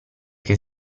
che